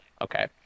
okay